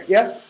Yes